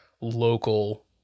local